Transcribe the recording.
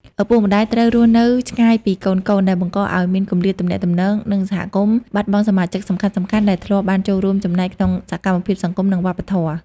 ឪពុកម្តាយត្រូវរស់នៅឆ្ងាយពីកូនៗ ដែលបង្កឲ្យមានគម្លាតទំនាក់ទំនង ហើយសហគមន៍បាត់បង់សមាជិកសំខាន់ៗដែលធ្លាប់បានចូលរួមចំណែកក្នុងសកម្មភាពសង្គម និងវប្បធម៌។